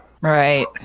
Right